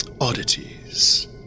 oddities